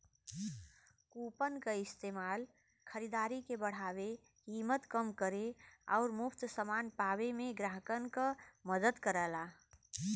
coupon क इस्तेमाल खरीदारी के बढ़ावे, कीमत कम करे आउर मुफ्त समान पावे में ग्राहकन क मदद करला